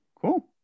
cool